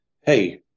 Hey